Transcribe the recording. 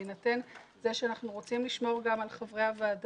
ובהינתן זה שאנחנו רוצים לשמור גם על חברי הוועדה,